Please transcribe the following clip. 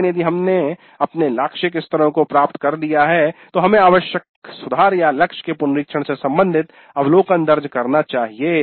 लेकिन यदि हमने लाक्षिक स्तरो को प्राप्त कर लिया है तो हमें आवश्यक सुधार या लक्ष्य के पुनरीक्षण से संबंधित अवलोकन दर्ज करना चाहिए